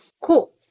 Cool